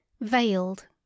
veiled